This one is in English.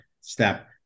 step